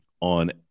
on